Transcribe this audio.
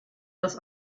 das